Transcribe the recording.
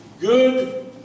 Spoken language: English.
good